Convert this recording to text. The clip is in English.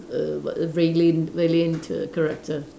err what valiant valiant character